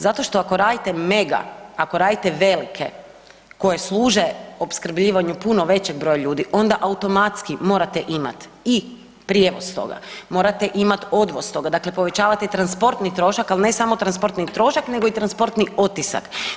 Zato što ako radite mega, ako radite velike koje služe opskrbljivanju puno većeg broja ljudi onda automatski morate imat i prijevoz toga, morate imati odvoz toga, dakle povećavate transportni trošak, al ne samo transportni trošak nego i transporti otisak.